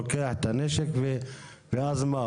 לוקח את הנשק ואז מה,